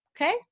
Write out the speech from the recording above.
okay